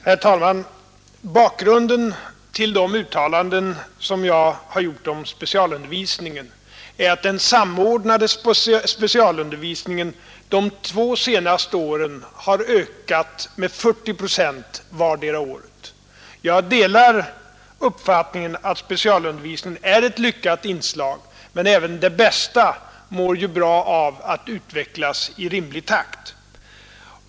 Herr talman! Bakgrunden till de uttalanden som jag har gjort om specialundervisningen är att den samordnade specialundervisningen de två senaste åren har ökat med 40 procent under vartdera året. Jag delar uppfattningen att specialundervisningen är ett lyckat inslag, men även det bästa mår bra av att utvecklas i rimlig takt.